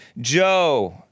Joe